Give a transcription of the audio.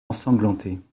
ensanglanté